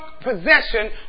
possession